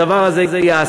הדבר הזה ייעשה,